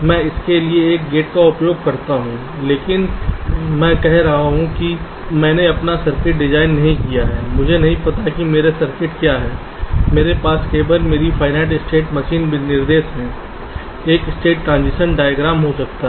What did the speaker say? मैं इसके लिए एक गेट का उपयोग करता हूं लेकिन अब मैं कह रहा हूं कि मैंने अपना सर्किट डिजाइन नहीं किया है मुझे नहीं पता कि मेरे सर्किट क्या हैं मेरे पास केवल मेरी फाइनइट स्टेट मशीन्स विनिर्देश हैं एक स्टेट ट्रांजीशन डायग्राम हो सकता है